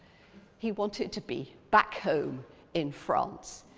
he wanted to be back home in france.